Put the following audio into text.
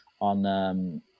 on